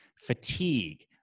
fatigue